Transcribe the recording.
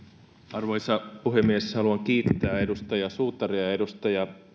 arvoisa puhemies haluan kiittää edustaja suutaria ja edustaja